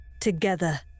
Together